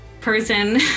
person